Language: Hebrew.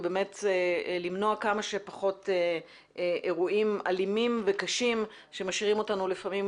למנוע כמה שפחות אירועים אלימים וקשים שמשאירים אותנו לפעמים